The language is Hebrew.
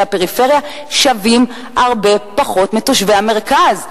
הפריפריה שווים הרבה פחות מחיי תושבי המרכז,